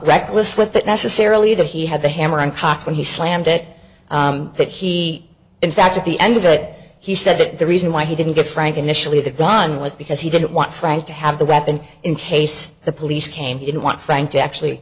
reckless with it necessarily that he had the hammer on cock when he slammed it that he in fact at the end of it he said that the reason why he didn't get frank initially the gun was because he didn't want frank to have the weapon in case the police came he didn't want frank to actually